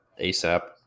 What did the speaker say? asap